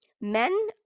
men